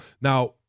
Now